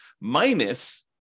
minus